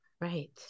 Right